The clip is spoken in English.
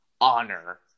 honor